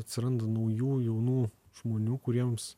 atsiranda naujų jaunų žmonių kuriems